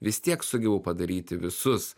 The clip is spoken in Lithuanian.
vis tiek sugebu padaryti visus